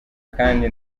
kandi